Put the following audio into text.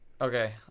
okay